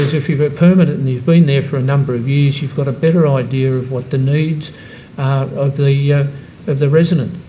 if you were permanent and you've been there for a number of years you've got a better idea of what the needs are of the yeah of the resident.